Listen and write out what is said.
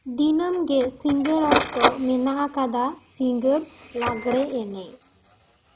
ᱫᱤᱱᱟᱹᱢ ᱜᱮ ᱥᱤᱸᱜᱟᱹᱲ ᱚᱠᱛᱚ ᱢᱮᱱᱟᱜ ᱟᱠᱟᱫᱟ ᱥᱤᱸᱜᱟᱹᱲ ᱞᱟᱜᱽᱲᱮ ᱮᱱᱮᱡ